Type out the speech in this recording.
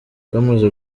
bamaze